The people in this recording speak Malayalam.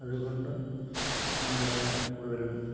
അതുകൊണ്ട് നമ്മള് കൂടുതലും